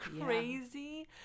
crazy